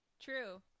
True